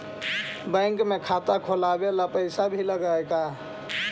Bank में खाता खोलाबे ल पैसा भी लग है का?